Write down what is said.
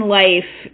life